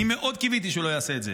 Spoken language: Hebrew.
אני מאוד קיוויתי שהוא לא יעשה את זה.